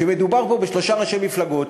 שמדובר פה בשלושה ראשי מפלגות,